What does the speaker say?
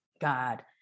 God